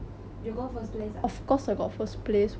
!wah! don't lie பொய் சொல்லாதே:poi sollaathae